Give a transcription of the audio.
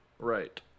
Right